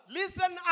listen